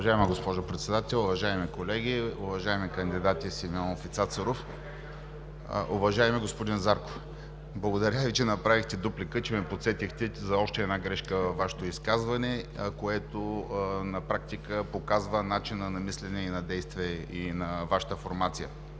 Уважаема госпожо Председател, уважаеми колеги, уважаеми кандидати Симеонов и Цацаров! Уважаеми господин Зарков, благодаря Ви, че направихте дуплика, че ме подсетихте за още една грешка във Вашето изказване, което на практика показва начина на мислене и на действие и на Вашата формация,